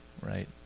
Right